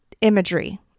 imagery